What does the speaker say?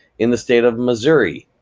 in the state of missouri,